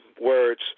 words